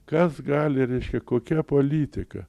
kas gali reiškia kokia politika